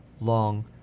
long